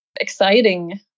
exciting